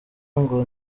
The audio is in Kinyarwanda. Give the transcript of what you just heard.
ngo